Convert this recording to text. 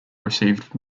received